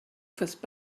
fassent